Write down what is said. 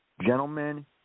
Gentlemen